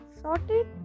Sorted